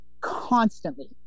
constantly